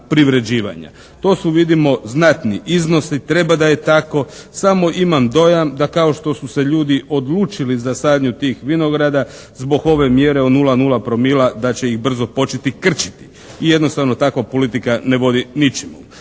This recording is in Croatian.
To su vidimo znatni iznosi, treba da je tako, samo imam dojam da kao što su se ljudi odlučili za sadnju tih vinograda zbog ove mjere od 0,0 promila da će ih brzo početi krčiti i jednostavno takva politika ne vodi ničemu.